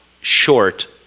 short